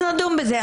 אז נדון בזה,